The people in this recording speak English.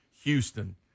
Houston